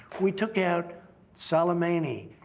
we took out soleimani.